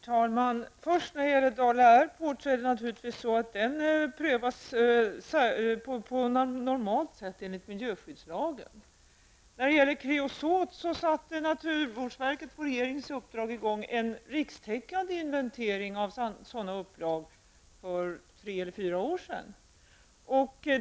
Herr talman! Dala Airport prövas på normalt sätt enligt miljöskyddslagen. Naturvårdsverket satte på regeringens uppdrag i gång en rikstäckande inventering av kreosotupplag för tre eller fyra år sedan.